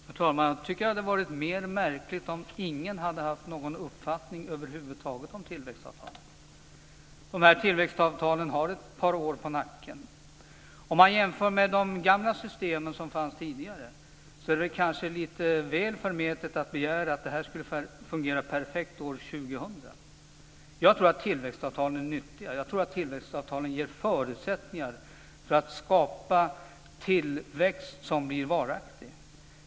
Herr talman! Jag tycker att det hade varit mer märkligt om ingen hade haft någon uppfattning över huvud taget om tillväxtavtalen. Dessa tillväxtavtal har ett par år på nacken. Om man jämför med de gamla systemen som fanns tidigare är det kanske förmätet att begära att detta ska fungera perfekt år 2000. Jag tror att tillväxtavtalen är nyttiga. Jag tror att tillväxtavtalen ger förutsättningar för att skapa tillväxt som blir varaktig.